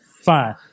Fine